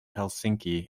helsinki